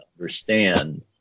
understand